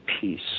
peace